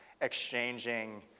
exchanging